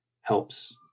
helps